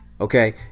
Okay